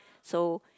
so